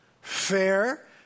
fair